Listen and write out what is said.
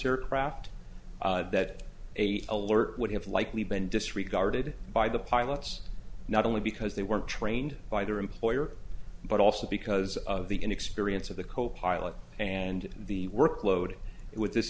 aircraft that a alert would have likely been disregarded by the pilots not only because they weren't trained by their employer but also because of the inexperience of the copilot and the workload with this